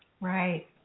Right